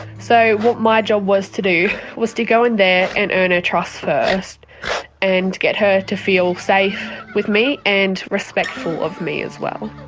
so what my job was to do was to go in there and earn her ah trust first and get her to feel safe with me and respectful of me as well.